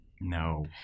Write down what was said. No